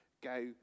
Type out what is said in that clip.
go